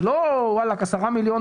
זה לא 10 מיליון,